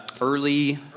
Early